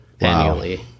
annually